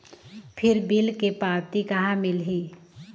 फिर बिल के पावती कहा मिलही?